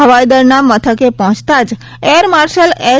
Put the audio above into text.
હવાઈદળના મથકે પહોંચતા જ એર માર્શલ એચ